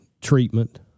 treatment